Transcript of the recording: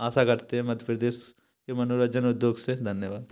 आशा करते हैं मध्य प्रदेश के मनोरंजन उद्योग से धन्यवाद